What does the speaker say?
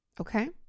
Okay